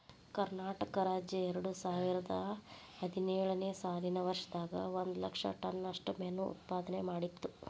ಕರ್ನಾಟಕ ರಾಜ್ಯ ಎರಡುಸಾವಿರದ ಹದಿನೇಳು ನೇ ಸಾಲಿನ ವರ್ಷದಾಗ ಒಂದ್ ಲಕ್ಷ ಟನ್ ನಷ್ಟ ಮೇನು ಉತ್ಪಾದನೆ ಮಾಡಿತ್ತು